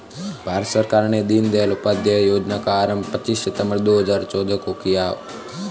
भारत सरकार ने दीनदयाल उपाध्याय योजना का आरम्भ पच्चीस सितम्बर दो हज़ार चौदह को किया